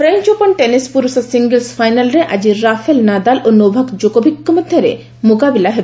French open French open tennis ପୁରୁଷ singles ଫାଇନାଲରେ ଆଜି ରାଫେଲ ନାଦାଲ ଓ ନୋଭାକ ଜୋକୋଭିକ୍ଙ୍କ ମଧ୍ୟରେ ମୁକାବିଲା ହେବ